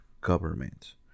government